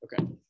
Okay